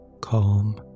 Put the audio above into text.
Calm